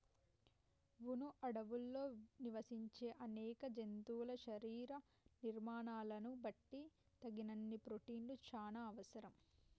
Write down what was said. వును అడవుల్లో నివసించే అనేక జంతువుల శరీర నిర్మాణాలను బట్టి తగినన్ని ప్రోటిన్లు చానా అవసరం